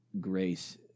grace